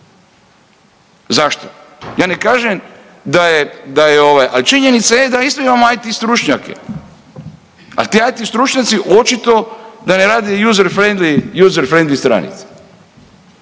Zašto? Ja ne kažem da je ovaj, ali činjenica je da isto imao IT stručnjake ali ti IT stručnjaci očito da ne rade user-friendly,